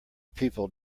people